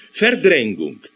verdrängung